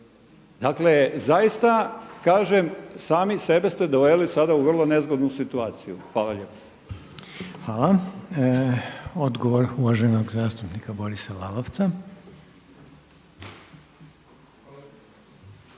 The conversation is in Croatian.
Dakle zaista kažem sami sebe ste doveli sada u vrlo nezgodnu situaciju. Hvala lijepo. **Reiner, Željko (HDZ)** Hvala. Odgovor uvaženog zastupnika Borisa Lalovca.